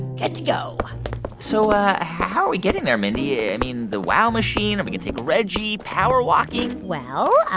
good to go so ah how are we getting there, mindy? i mean, the wow machine? are we going to take reggie? power walking? well,